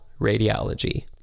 Radiology